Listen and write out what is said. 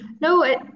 no